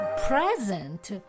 present